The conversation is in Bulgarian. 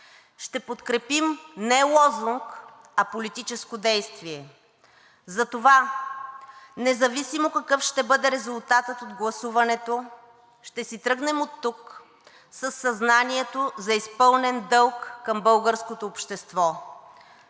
Ще подкрепим не лозунг, а политическо действие. Затова независимо какъв ще бъде резултатът от гласуването, ще си тръгнем оттук със съзнанието за изпълнен дълг към българското общество.